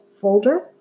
folder